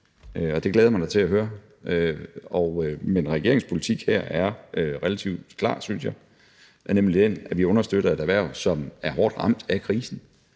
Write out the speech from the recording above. Og det glæder jeg mig da til at høre. Men regeringens politik her er relativt klar, synes jeg, nemlig at vi understøtter et erhverv, som er hårdt ramt af krisen,